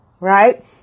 right